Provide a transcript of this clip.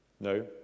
No